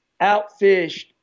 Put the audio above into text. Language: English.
outfished